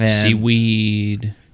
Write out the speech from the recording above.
seaweed